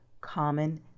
Common